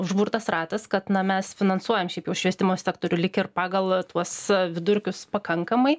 užburtas ratas kad na mes finansuojam šiaip jau švietimo sektorių lyg ir pagal tuos vidurkius pakankamai